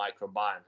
microbiome